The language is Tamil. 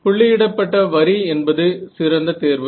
புள்ளியிடப்பட்ட வரி என்பது சிறந்த தேர்வு